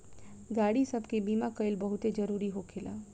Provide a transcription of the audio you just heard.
गाड़ी सब के बीमा कइल बहुते जरूरी होखेला